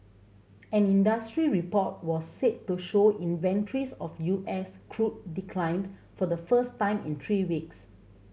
an industry report was said to show inventories of U S crude declined for the first time in three weeks